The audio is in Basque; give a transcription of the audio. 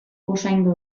usaindu